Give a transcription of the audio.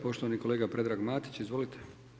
Poštovani kolega Predrag Matić, izvolite.